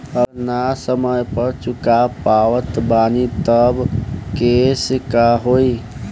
अगर ना समय पर चुका पावत बानी तब के केसमे का होई?